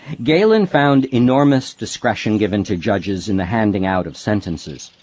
gaylin found enormous discretion given to judges in the handing out of sentences.